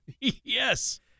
Yes